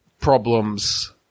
problems